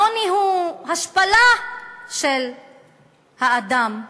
העוני הוא השפלה של האדם.